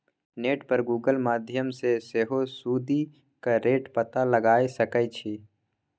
net पर Google माध्यमसँ सेहो सुदिक रेट पता लगाए सकै छी